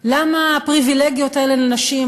למה הפריבילגיות האלה לנשים?